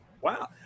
wow